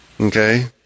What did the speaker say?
Okay